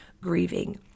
grieving